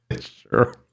sure